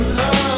love